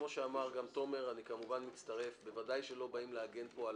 כמו שאמר גם תומר רוזנר ואני ודאי מצטרף בוודאי שלא באים להגן כאן על